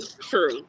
true